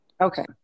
Okay